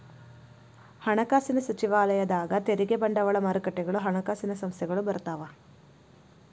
ಹಣಕಾಸಿನ ಸಚಿವಾಲಯದಾಗ ತೆರಿಗೆ ಬಂಡವಾಳ ಮಾರುಕಟ್ಟೆಗಳು ಹಣಕಾಸಿನ ಸಂಸ್ಥೆಗಳು ಬರ್ತಾವ